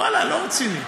ואללה, לא רציני.